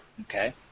Okay